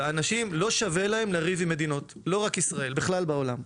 לאנשים לא שווה לריב עם מדינות לא רק ישראל בכלל בעולם.